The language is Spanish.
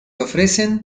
ofrecen